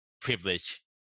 privilege